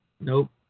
Nope